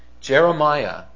Jeremiah